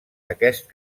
aquest